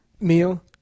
meal